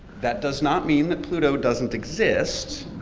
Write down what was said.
that does not mean that pluto doesn't exist.